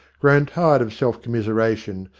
grown tired of self commiseration,